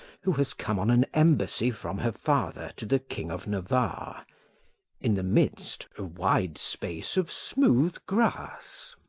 who has come on an embassy from her father to the king of navarre in the midst, a wide space of smooth grass.